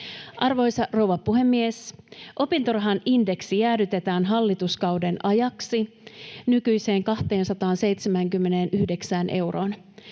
Arvoisa rouva puhemies! Opintorahan indeksi jäädytetään hallituskauden ajaksi nykyiseen 279 euroon.